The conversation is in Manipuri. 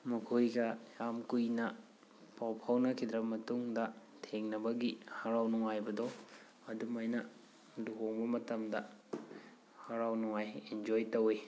ꯃꯈꯣꯏꯒ ꯌꯥꯝ ꯀꯨꯏꯅ ꯄꯥꯎ ꯐꯥꯎꯅꯈꯤꯗ꯭ꯔꯕ ꯃꯇꯨꯡꯗ ꯊꯦꯡꯅꯕꯒꯤ ꯍꯔꯥꯎ ꯅꯨꯡꯉꯥꯏꯕꯗꯣ ꯑꯗꯨꯝꯃꯥꯏꯅ ꯂꯨꯍꯣꯡꯕ ꯃꯇꯝꯗ ꯍꯔꯥꯎ ꯅꯨꯡꯉꯥꯏ ꯑꯦꯟꯖꯣꯏ ꯇꯧꯋꯤ